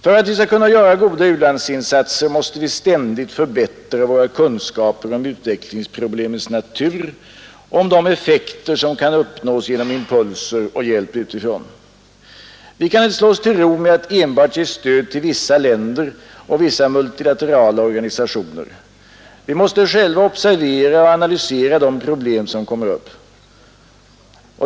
För att vi skall kunna göra goda u-landsinsatser måste vi ständigt förbättra våra kunskaper om utvecklingsproblemens natur, om de effekter som kan uppnås genom impulser och hjälp utifrån. Vi kan inte slå oss till ro med att enbart ge stöd till vissa länder och vissa multilaterala organisationer. Vi måste själva observera och analysera de problem som kommer upp.